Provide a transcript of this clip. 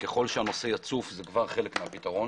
ככל שהנושא יצוף, זה כבר חלק מהפתרון.